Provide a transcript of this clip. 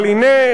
אבל הנה,